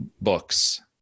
books